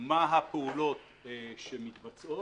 מה הפעולות שמתבצעות.